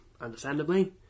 understandably